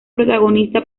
protagonista